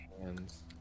hands